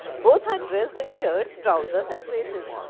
both are dressed in shirts, trousers and blazers.